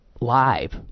live